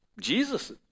Jesus